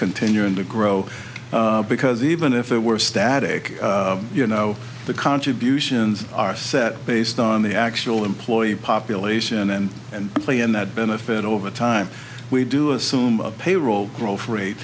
continuing to grow because even if it were static you know the contributions are set based on the actual employee population and and play in that benefit over time we do assume a payroll growth rate